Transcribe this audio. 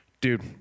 Dude